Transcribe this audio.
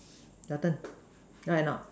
your turn right or not